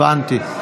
הבנתי.